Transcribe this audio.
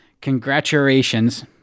Congratulations